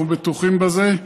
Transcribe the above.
אנחנו בטוחים בזה.